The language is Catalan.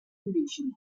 origen